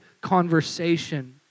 conversation